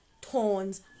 tones